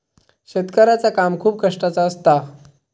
शेतकऱ्याचा काम खूप कष्टाचा असता